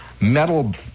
metal